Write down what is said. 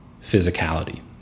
physicality